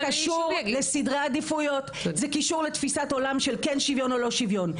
זה קשור לסדרי עדיפויות זה קשור לתפיסת עולם של כן שוויון ולא שוויון.